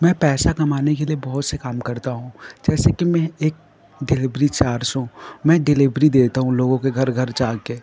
मैं पैसा कमाने के लिए बहुत से काम करता हूँ जैसे कि मैं एक डिलीवरी चार्ज हूँ मैं डिलीवरी देता हूँ लोगों के घर घर जा कर